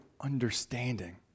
understanding